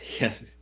Yes